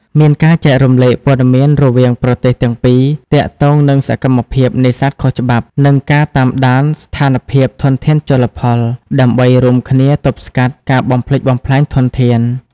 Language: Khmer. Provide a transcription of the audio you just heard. មានការចែករំលែកព័ត៌មានរវាងប្រទេសទាំងពីរទាក់ទងនឹងសកម្មភាពនេសាទខុសច្បាប់ និងការតាមដានស្ថានភាពធនធានជលផល ដើម្បីរួមគ្នាទប់ស្កាត់ការបំផ្លិចបំផ្លាញធនធាន។